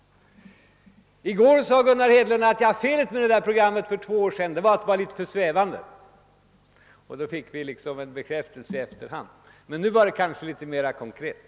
I går sade Gunnar Hedlund att felet med programmet för två år sedan var att det var litet för svävande. Och så fick vi på det sättet liksom en bekräftelse i efterhand. Men nu är det nya programmet kanske litet mer konkret.